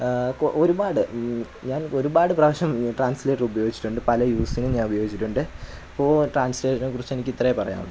ഒരുപാട് ഞാൻ ഒരുപാട് പ്രാവശ്യം ട്രാൻസ്ലേറ്റർ ഉപയോഗിച്ചിട്ടുണ്ട് പല യൂസിനും ഞാൻ ഉപയോഗിച്ചിട്ടുണ്ട് അപ്പോള് ട്രാന്സ്ലേഷനെക്കുറിച്ച് എനിക്കിത്രയേ പറയാനുള്ളൂ